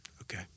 Okay